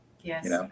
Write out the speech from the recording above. Yes